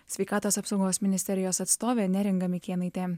sveikatos apsaugos ministerijos atstovė neringa mikėnaitė